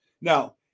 Now